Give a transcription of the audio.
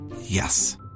Yes